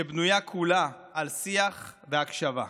שבנויה כולה על שיח והקשבה,